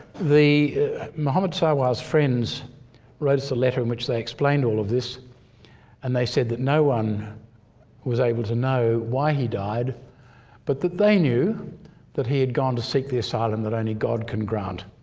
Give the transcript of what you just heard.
muhammad sawa's friends wrote a so letter in which they explained all of this and they said that no one was able to know why he died but that they knew that he had gone to seek the asylum that only god can grant.